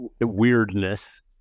weirdness